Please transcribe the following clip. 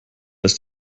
ist